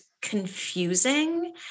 confusing